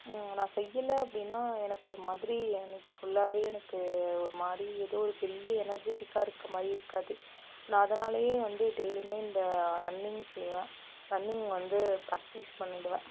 நான் செய்யல அப்படின்னா எனக்கு ஒரு மாதிரி அன்றைக்கி ஃபுல்லாகவே எனக்கு ஒரு மாரி ஏதோ ஒரு பெரிய எனர்ஜிட்டிக்காக இருக்கற மாதிரி இருக்காது நான் அதனாலேயே வந்து டெய்லுமே இந்த ரன்னிங் செய்வேன் ரன்னிங் வந்து பிராக்டிஸ் பண்ணிவிடுவேன்